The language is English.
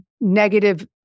negative